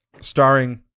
starring